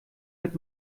mit